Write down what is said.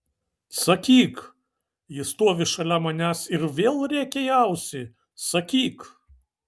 sakyk ji stovi šalia manęs ir vėl rėkia į ausį sakyk